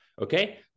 Okay